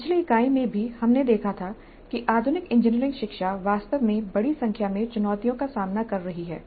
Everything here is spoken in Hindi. पिछली इकाई में भी हमने देखा था कि आधुनिक इंजीनियरिंग शिक्षा वास्तव में बड़ी संख्या में चुनौतियों का सामना कर रही है